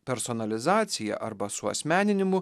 personalizacija arba suasmeninimu